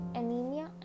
anemia